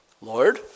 Lord